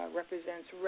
represents